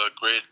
great